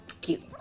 Cute